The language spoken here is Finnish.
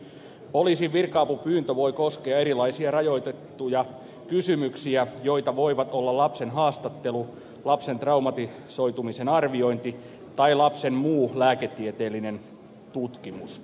poliisin virka apupyyntö voi koskea erilaisia rajoitettuja kysymyksiä joita voivat olla lapsen haastattelu lapsen traumatisoitumisen arviointi tai lapsen muu lääketieteellinen tutkimus